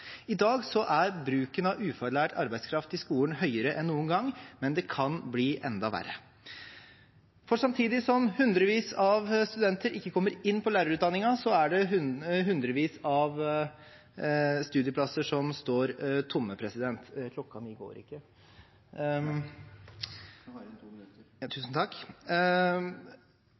I dag er bruken av ufaglært arbeidskraft i skolen høyere enn noen gang, men det kan bli enda verre, for samtidig som hundrevis av studenter ikke kommer inn på lærerutdanningen, står hundrevis av studieplasser tomme. Det vil føre til at vi kommer til å gå glipp av mange gode lærerstudenter framover. Dette handler om firerkravet i matematikk. I går